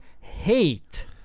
hate